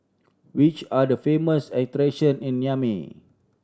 which are the famous attraction in Niamey